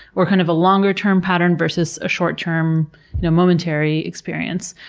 or kind of a longer-term pattern versus a short-term, momentary experience.